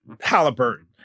Halliburton